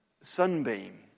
sunbeam